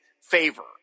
favor